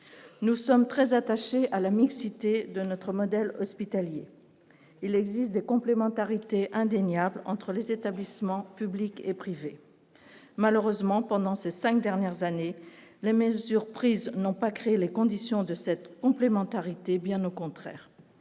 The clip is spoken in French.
nous sommes très attachés à la mixité de notre modèle hospitalier, il existe des complémentarités indéniable entre les établissements publics et privés, malheureusement, pendant ces 5 dernières années, les mesures prises n'ont pas créé les conditions de cette complémentarité, bien au contraire